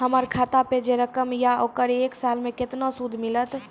हमर खाता पे जे रकम या ओकर एक साल मे केतना सूद मिलत?